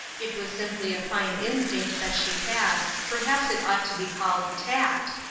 it was simply a fine instinct that she had, perhaps it ought to be called tact,